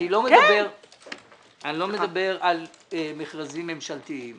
אני לא מדבר על מכרזים ממשלתיים,